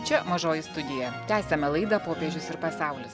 čia mažoji studija tęsiame laidą popiežius ir pasaulis